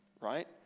right